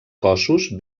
cossos